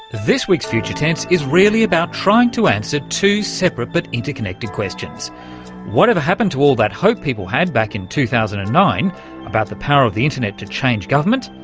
this week's future tense is really about trying to answer two separate but interconnected questions whatever happened to all that hope people had back in two thousand and nine about the power of the internet to change government,